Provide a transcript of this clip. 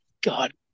God